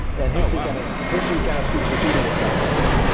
and history kind of history kind of keeps repeating itself as well.